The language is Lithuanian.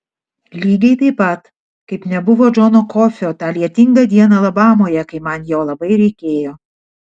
lygiai taip pat kaip nebuvo džono kofio tą lietingą dieną alabamoje kai man jo labai reikėjo